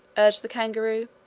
urged the kangaroo,